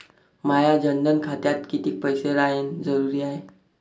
माया जनधन खात्यात कितीक पैसे रायन जरुरी हाय?